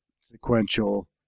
sequential